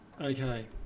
Okay